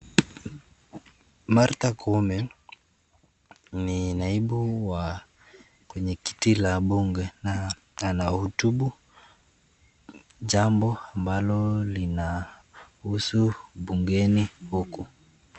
Martha Koome ni naibu wa kwenye kiti la bunge na anahutubu jambo ambalo linahusu bungeni huku.